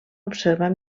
observar